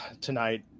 tonight